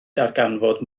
darganfod